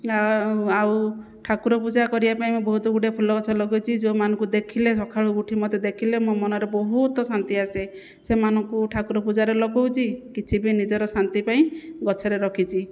ନା ଆଉ ଠାକୁର ପୂଜା କରିବା ପାଇଁ ବହୁତଗୁଡ଼ିଏ ଫୁଲ ଗଛ ଲଗାଇଛି ଯେଉଁମାନଙ୍କୁ ଦେଖିଲେ ସକାଳକୁ ଉଠି ମୋତେ ଦେଖିଲେ ମୋ' ମନରେ ବହୁତ ଶାନ୍ତି ଆସେ ସେମାନଙ୍କୁ ଠାକୁର ପୂଜାରେ ଲଗାଉଛି କିଛି ବି ନିଜର ଶାନ୍ତି ପାଇଁ ଗଛରେ ରଖିଛି